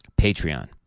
Patreon